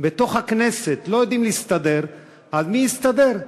בתוך הכנסת, לא יודעים להסתדר, אז מי יסתדר?